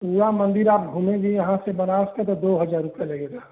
पूरा मंदिर आप घूमेंगी यहाँ से बनारस के तो दो हज़ार रुपये लगेगा